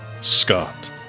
Scott